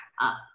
up